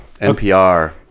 NPR